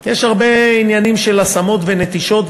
יש הרבה עניינים של השמות ונטישות,